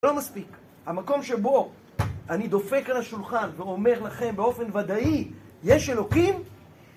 לא מספיק המקום שבו אני דופק על השולחן ואומר לכם באופן ודאי יש אלוקים